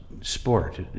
sport